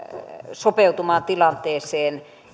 sopeutumaan tilanteeseen